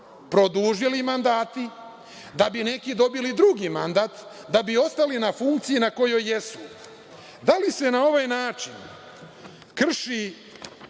produžili mandati, da bi neki dobili drugi mandat, da bi ostali na funkciji na kojoj jesu. Da li se na ovaj način krši